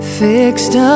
fixed